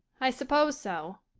i suppose so,